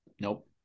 Nope